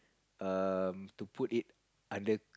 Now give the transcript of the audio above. um to put it under